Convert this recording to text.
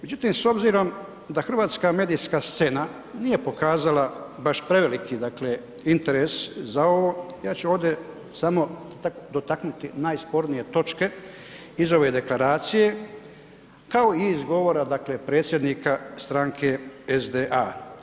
Međutim s obzirom da hrvatska medijska scena nije pokazala baš preveliki interes za ovo, ja ću ovdje samo dotaknuti najspornije točke iz ove deklaracije kao i iz govora predsjednika stranke SDA.